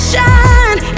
shine